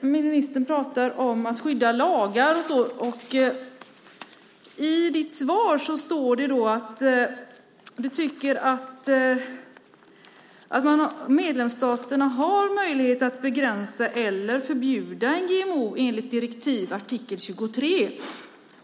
Ministern pratar om att skydda lagar. I svaret står det att medlemsstaterna har möjlighet att begränsa eller förbjuda GMO enligt direktiv i artikel 23.